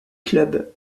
clubs